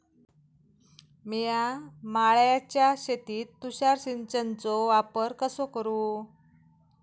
मिया माळ्याच्या शेतीत तुषार सिंचनचो वापर कसो करू?